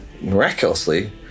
miraculously